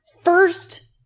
First